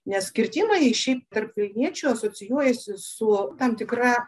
nes kirtimai šiaip tarp vilniečių asocijuojasi su tam tikra